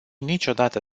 niciodată